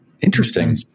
Interesting